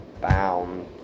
bound